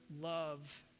love